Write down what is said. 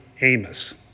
Amos